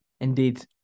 Indeed